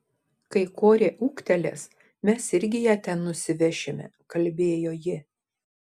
kai korė ūgtelės mes irgi ją ten nusivešime kalbėjo ji